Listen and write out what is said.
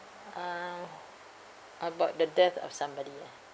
uh about the death of somebody ah